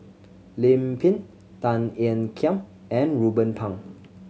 Lim Pin Tan Ean Kiam and Ruben Pang